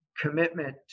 commitment